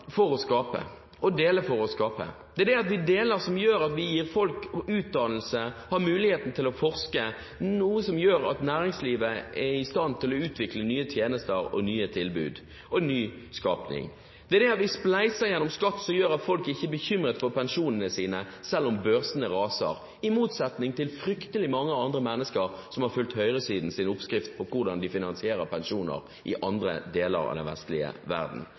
skape. Det er det at vi deler, som gjør at vi gir folk utdannelse og har muligheten til å forske, noe som gjør at næringslivet er i stand til å utvikle nye tjenester og nye tilbud og sørge for nyskaping. Det er det at vi spleiser gjennom skatt, som gjør at folk ikke er bekymret for pensjonene sine selv om børsene raser, i motsetning til fryktelig mange andre mennesker i andre deler av den vestlige verden